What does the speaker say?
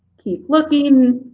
keep looking.